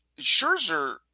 Scherzer